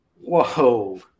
Whoa